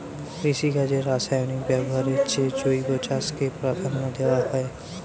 কৃষিকাজে রাসায়নিক ব্যবহারের চেয়ে জৈব চাষকে প্রাধান্য দেওয়া হয়